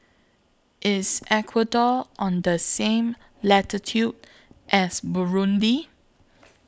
IS Ecuador on The same latitude as Burundi